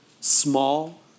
small